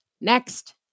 Next